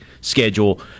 schedule